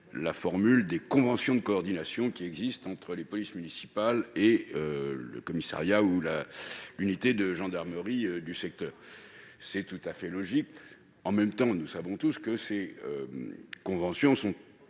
tous les conventions de coordination qui existent entre les polices municipales et le commissariat ou l'unité de gendarmerie du secteur. C'est une formule tout à fait logique. En même temps, nous savons que, globalement, ces conventions sont